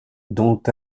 dont